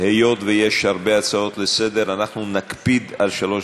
אנחנו עוברים להצעות לסדר-היום, ונפתח בהצעה